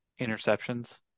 interceptions